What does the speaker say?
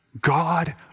God